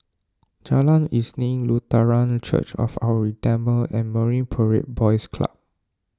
Jalan Isnin Lutheran Church of Our Redeemer and Marine Parade Boys Club